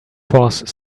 force